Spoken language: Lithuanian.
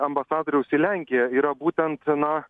ambasadoriaus į lenkiją yra būtent na